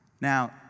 Now